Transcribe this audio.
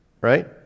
right